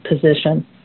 position